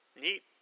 Neat